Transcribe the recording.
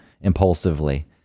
impulsively